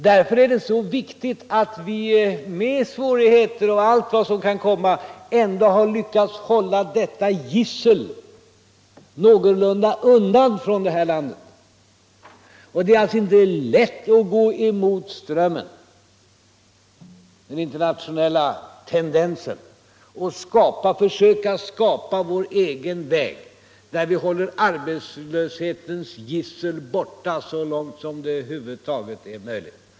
Därför är det så viktigt att vi — med svårigheter och allt vad som kan komma — ändå har lyckats hålla detta gissel någorlunda undan från det här landet. Det är inte lätt att gå emot strömmen, den internationella tendensen, och försöka skapa vår egen väg där vi håller arbetslöshetens gissel så långt borta som det över huvud taget är möjligt.